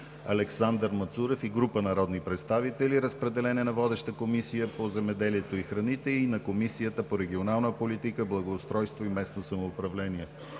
Александър Мацурев и група народни представители. Разпределен е на водеща Комисията по земеделието и храните и на Комисията по регионална политика, благоустройство и местно самоуправление.